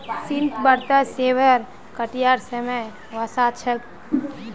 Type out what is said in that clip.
सितंबरत सेबेर कटाईर समय वसा छेक